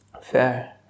Fair